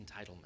entitlement